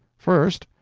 first,